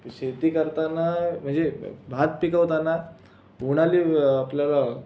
शेती करताना म्हणजे भात पिकवताना उन्हाळी आपल्याला